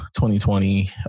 2020